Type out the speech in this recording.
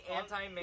anti